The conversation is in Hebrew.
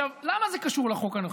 למה זה קשור לחוק הנוכחי?